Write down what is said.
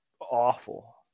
awful